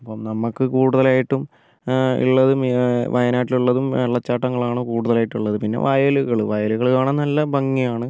ഇപ്പം നമുക്ക് കൂടുതലായിട്ടും ഉള്ളത് മേ വയനാട്ടിൽ ഉള്ളതും വെള്ളച്ചാട്ടങ്ങളാണ് കൂടുതലായിട്ടും ഉള്ളത് പിന്നെ വയലുകൾ വയലുകൾ കാണാൻ നല്ല ഭംഗിയാണ്